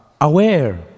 aware